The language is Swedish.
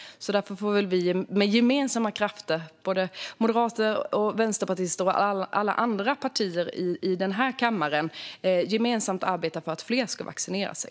Därför får väl vi med gemensamma krafter, både moderater, vänsterpartister och alla andra partier i denna kammare, arbeta för att fler ska vaccinera sig.